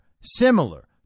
similar